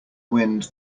wind